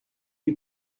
lui